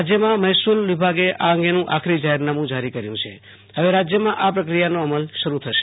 રાજ્યના મહેસૂલ વિભાગે આ અંગેનું આખરી જાહેરનામું જારી કર્યુ છે હવે રાજ્યમાં આ પ્રક્રિયાનો અમલ શરૂ થશે